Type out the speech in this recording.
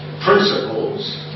principles